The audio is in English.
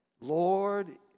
Lord